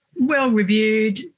well-reviewed